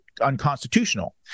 unconstitutional